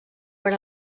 per